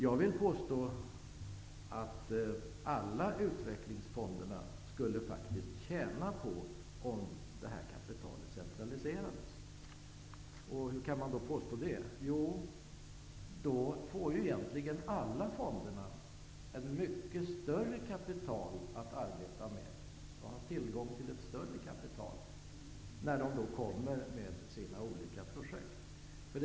Jag vill påstå att alla utvecklingsfonderna faktiskt skulle tjäna på om detta kapital centraliserades. Hur kan jag påstå det? Jo, då får egentligen alla fonder tillgång till ett mycket större kapital som de kan arbeta med när det gäller de större projekten.